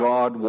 God